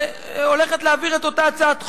הולכת להעביר את אותה הצעת חוק.